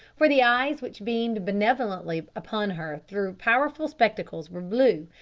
for the eyes which beamed benevolently upon her through powerful spectacles were blue,